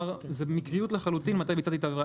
זאת מקריות לחלוטין מתי ביצעתי את העבירה.